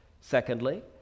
Secondly